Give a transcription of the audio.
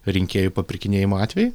rinkėjų papirkinėjimo atvejį